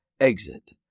Exit